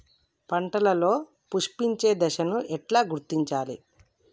పంటలలో పుష్పించే దశను ఎట్లా గుర్తించాలి?